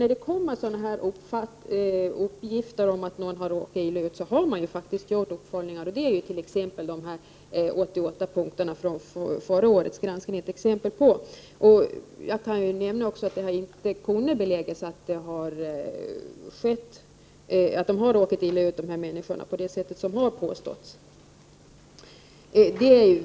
När det kommer uppgifter om att någon råkat illa ut, har man faktiskt gjort uppföljningar. Ett exempel på detta är dessa 88 punkter från förra årets granskning. Jag kan också nämna att det inte har kunnat beläggas att dessa människor råkat illa ut på det sätt som har påståtts.